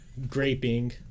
Graping